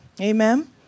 Amen